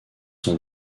son